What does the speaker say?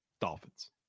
Dolphins